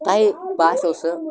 تۄہہِ باسیو سُہ